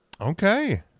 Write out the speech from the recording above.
Okay